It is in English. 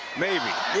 maybe